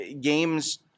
games